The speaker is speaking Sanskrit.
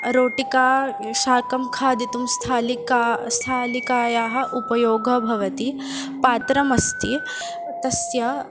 रोटिका शाकं खादितुं स्थालिका स्थालिकायाः उपयोगः भवति पात्रमस्ति तस्य